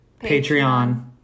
Patreon